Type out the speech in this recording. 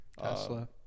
Tesla